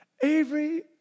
Avery